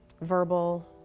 verbal